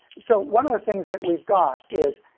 so one of the things that we've got is,